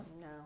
No